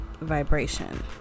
vibration